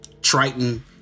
Triton